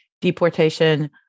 deportation